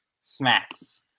smacks